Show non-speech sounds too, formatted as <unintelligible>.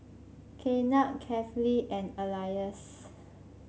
<unintelligible> Kefli and Elyas